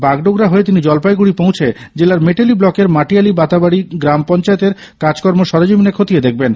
বাগডোগরা হয়ে তিনি জলপাইগুড়ি পৌঁছে জেলার মেটেলি ব্লকের মাটিয়ালি বাতাবাড়ি গ্রাম পঞ্চায়েতের কাজকর্ম সরেজমিনে খতিয়ে দেখবেন